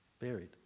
buried